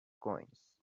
coins